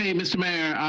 ah mr. mayor,